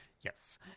Yes